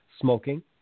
smoking